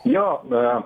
jo e